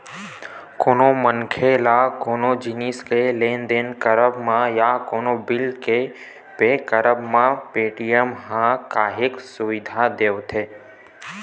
कोनो मनखे ल कोनो जिनिस के लेन देन करब म या कोनो बिल पे करब म पेटीएम ह काहेच सुबिधा देवथे